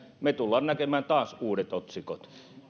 me tulemme näkemään taas uudet otsikot